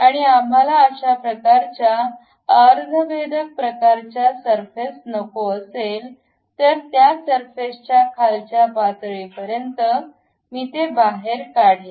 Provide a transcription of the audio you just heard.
आणि आम्हाला अशा प्रकारच्या अर्ध भेदक प्रकारच्या सरफेस नको असेल तर त्या सरफेस च्या खालच्या पातळीपर्यंत मी बाहेर काढणे